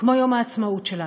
כמו יום העצמאות שלנו,